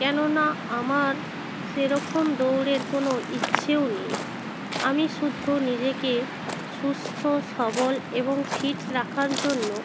কেননা আমার সেরকম দৌড়ের কোনো ইচ্ছেও নেই আমি শুধু নিজেকে সুস্থ সবল এবং ফিট রাখার জন্য